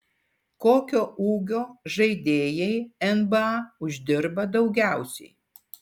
kokio ūgio žaidėjai nba uždirba daugiausiai